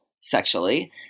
sexually